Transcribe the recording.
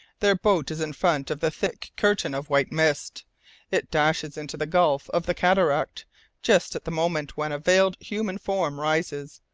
their boat is in front of the thick curtain of white mist it dashes into the gulf of the cataract just at the moment when a veiled human form rises.